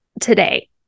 today